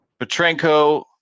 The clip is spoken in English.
Petrenko